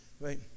right